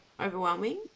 overwhelming